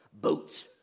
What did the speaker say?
Boots